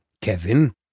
Kevin